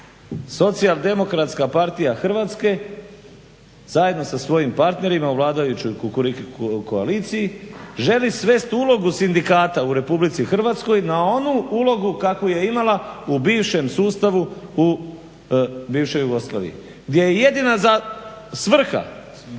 ovakvim zakonom SDP Hrvatske zajedno sa svojim partnerima u vladajućoj kukriku koaliciji želi svest ulogu sindikata u RH na onu ulogu kakvu je imala u bivšem sustavu u bivšoj Jugoslaviji, gdje je jedina svrha